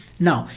now,